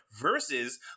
versus